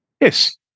Yes